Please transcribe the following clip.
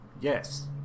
Yes